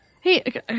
Hey